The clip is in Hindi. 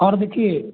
और देखिए